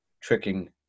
tricking